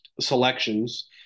selections